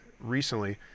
recently